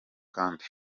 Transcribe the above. kandi